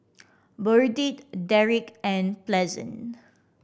Burdette Derrick and Pleasant